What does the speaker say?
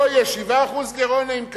לא יהיה גירעון של 7%,